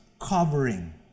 covering